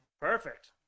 Perfect